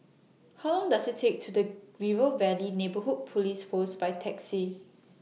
How Long Does IT Take The River Valley Neighbourhood Police Post By Taxi